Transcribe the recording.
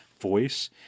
voice